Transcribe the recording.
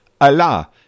Allah